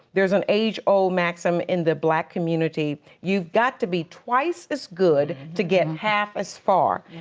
there's an age old maxim in the black community, you've got to be twice as good to get half as far.